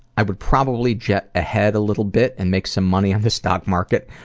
i would probably jet ahead a little bit and make some money off the stock market.